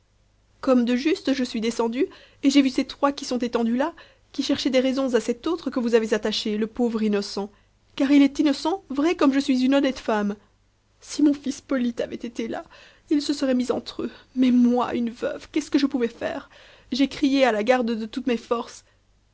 comme de juste je suis descendue et j'ai vu ces trois qui sont étendus là qui cherchaient des raisons à cet autre que vous avez attaché le pauvre innocent car il est innocent vrai comme je suis une honnête femme si mon fils polyte avait été là il se serait mis entre eux mais moi une veuve qu'est-ce que je pouvais faire j'ai crié à la garde de toutes mes forces